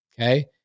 Okay